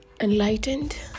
enlightened